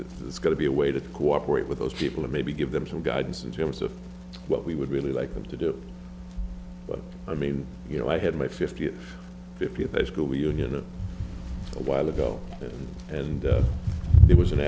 it's going to be a way to cooperate with those people and maybe give them some guidance in terms of what we would really like them to do but i mean you know i had my fifty fifty at that school reunion a while ago and it was an